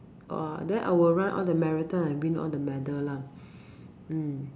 !wah! then I will run all the marathon and win all the medal lah mm